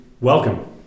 welcome